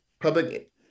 public